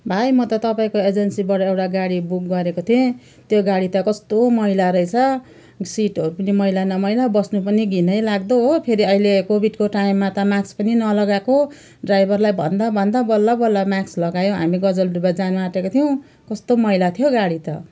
भाइ म त तपाईँको एजेन्सीबाट एउटा गाडी बुक गरेको थिएँ त्यो गाडी त कस्तो मैला रहेछ सिटहरू पनि मैला न मैला बस्नु पनि घिनैलाग्दो हो फेरि अहिले कोभिडको टाइममा त माक्स पनि नलगाएको ड्राइभरलाई भन्दा भन्दा बल्लबल्ल माक्स लगायो हामी गजलडुबा जानुआटेका थियौँ कस्तो मैला थियो गाडी त